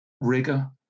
rigor